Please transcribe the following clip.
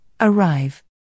arrive